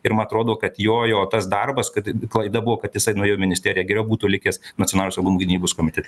ir ma atrodo kad jojo tas darbas kad klaida buvo kad jisai nuėjo į ministeriją geriau būtų likęs nacionalinio saugumo gynybos komitete